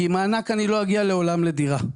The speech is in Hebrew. כי עם מענק אני לא אגיע לעולם לדירה.